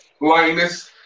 Linus